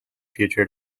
future